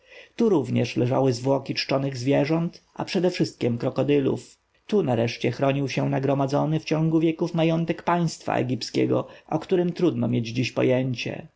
tu również leżały zwłoki czczonych zwierząt a przedewszystkiem krokodylów tu nareszcie chronił się nagromadzony w ciągu wieków majątek państwa egipskiego o którym trudno mieć dziś pojęcie